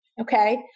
Okay